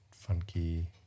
Funky